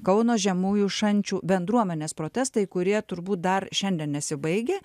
kauno žemųjų šančių bendruomenės protestai kurie turbūt dar šiandien nesibaigė